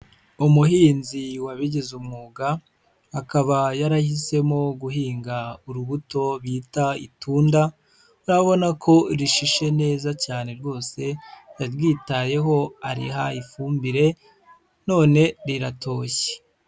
Umuhinzi wabigize umwuga akaba yarahisemo guhinga urubuto bita itunda, urabona ko rishishe neza cyane rwose, yaryitayeho ariha ifumbire none riratoshye.